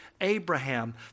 Abraham